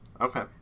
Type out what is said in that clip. Okay